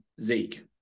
Zeke